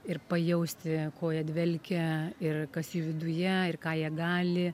ir pajausti kuo jie dvelkia ir kas jų viduje ir ką jie gali